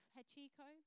Hachiko